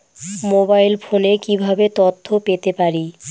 Mobile ফোনে কিভাবে তথ্য পেতে পারি?